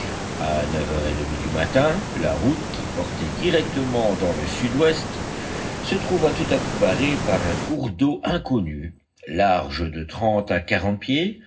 à neuf heures et demie du matin la route qui portait directement dans le sud-ouest se trouva tout à coup barrée par un cours d'eau inconnu large de trente à quarante pieds